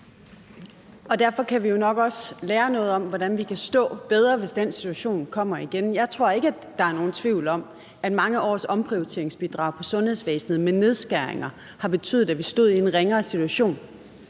Derfor kan vi jo nok også lære noget om, hvordan vi kan stå bedre, hvis den situation kommer igen. Jeg tror ikke, at der er nogen tvivl om, at mange års omprioriteringsbidrag på sundhedsområdet med nedskæringer har betydet, at vi stod i en ringere situation,